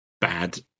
bad